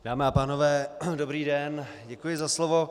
Dámy a pánové, dobrý den, děkuji za slovo.